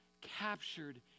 captured